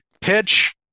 pitch